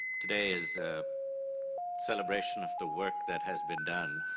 today is a celebration of the work that has been done